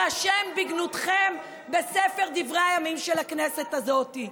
יירשם בגנותכם בספר דברי הימים של הכנסת הזאת.